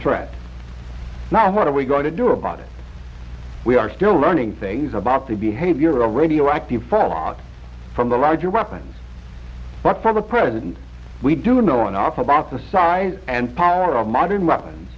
threat now what are we going to do about it we are still running things about the behavioral radioactive fallout from the larger weapons but from a president we do know enough about the size and power of modern weapons